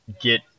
get